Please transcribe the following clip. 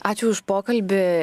ačiū už pokalbį